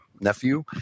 nephew